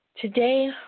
today